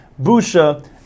busha